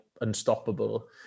Unstoppable